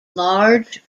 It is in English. large